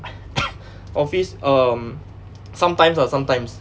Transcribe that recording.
office um sometimes ah sometimes